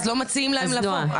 אז לא מציעים להן לבוא.